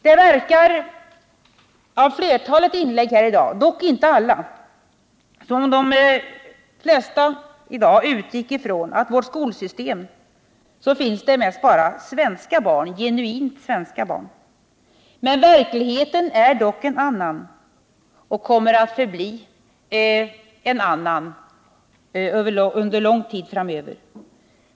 Det verkar av flertalet inlägg här i dag — dock inte alla — som om man utgick från att i vårt skolsystem finns det bara svenska barn, genuint svenska barn. Verkligheten är dock en annan och kommer att så förbli under lång tid.